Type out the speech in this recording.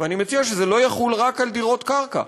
ואני מציע שזה יחול לא רק על דירות קרקע.